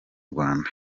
rwanda